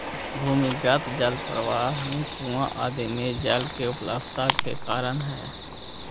भूमिगत जल प्रवाह ही कुआँ आदि में जल के उपलब्धता के कारण हई